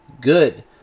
good